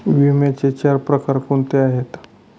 विम्याचे चार प्रकार कोणते आहेत?